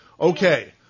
Okay